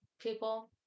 people